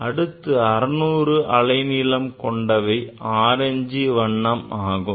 அடுத்து 600 அலை நீளம் கொண்டவை ஆரஞ்சு வண்ணம் ஆகும்